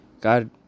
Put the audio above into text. God